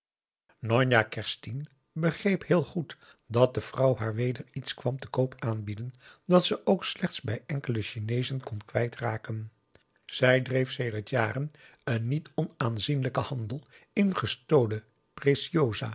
njonjah kerstien begreep heel goed dat de vrouw haar p a daum de van der lindens c s onder ps maurits weder iets kwam te koop aanbieden dat ze ook slechts bij enkele chineezen kon kwijt raken zij dreef sedert jaren een niet onaanzienlijken handel in gestolen